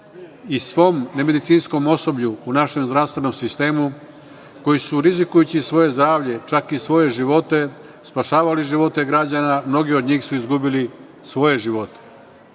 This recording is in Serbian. i svom nemedicinskom osoblju u našem zdravstvenom sistemu koji su rizikujući svoje zdravlje, čak i svoje živote spašavali živote građana mnogi od njih su izgubili svoje živote.